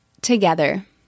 together